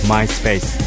MySpace